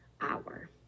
hour